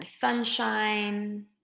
sunshine